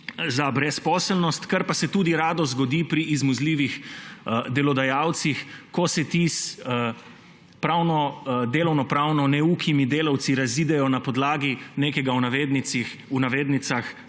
za brezposelnost, kar pa se tudi rado zgodi pri izmuzljivih delodajalcih, ko se le-ti s delovnopravno neukimi delavci razidejo na podlagi neke, v navednicah,